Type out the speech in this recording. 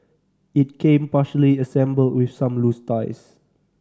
it came partially assembled with some loose tiles